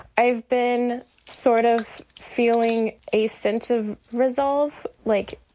i've been sort of feeling a sense of resolve like,